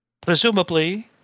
presumably